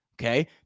Okay